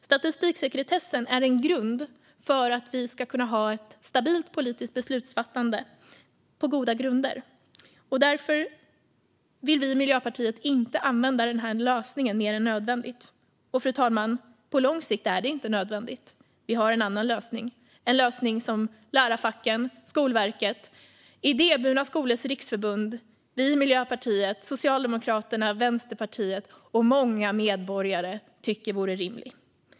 Statistiksekretessen är en grund för att vi ska kunna ha ett stabilt politiskt beslutsfattande på goda grunder. Därför vill vi i Miljöpartiet inte använda den här lösningen mer än nödvändigt. Tidsbegränsad lösning för att säkerställa tillgång till skol-information Fru talman! På lång sikt är det inte nödvändigt. Vi har en annan lösning som lärarfacken, Skolverket, Idéburna skolors riksförbund, vi i Miljöpartiet, Socialdemokraterna, Vänsterpartiet och många medborgare tycker vore rimlig.